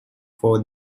for